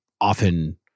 often